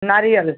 नारियल